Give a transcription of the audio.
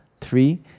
Three